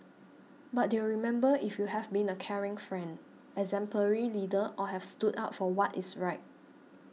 but they'll remember if you have been a caring friend exemplary leader or have stood up for what is right